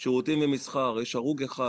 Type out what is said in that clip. שירותים ומסחר יש הרוג אחד,